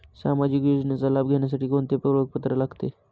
सामाजिक योजनेचा लाभ घेण्यासाठी कोणते ओळखपत्र लागते?